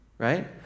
Right